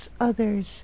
others